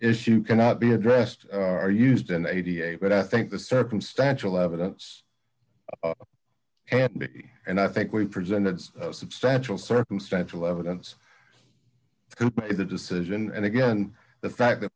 issue cannot be addressed or used in eighty eight but i think the circumstantial evidence and i think we presented substantial circumstantial evidence to the decision and again the fact that